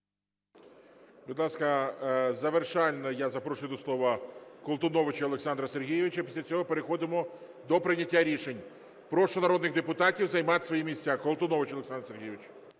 Будь ласка, завершально я запрошую до слова Колтуновича Олександра Сергійовича. Після цього переходимо до прийняття рішень. Прошу народний депутатів займати свої місця. Колтунович Олександр Сергійович.